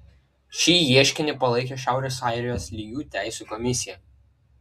šį ieškinį palaikė šiaurės airijos lygių teisių komisija